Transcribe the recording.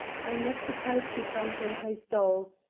i am not surprised you found yon place dull,